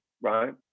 right